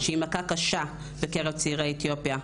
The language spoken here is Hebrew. שהיא מכה קשה בקרב צעירי אתיופיה.